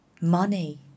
money